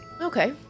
Okay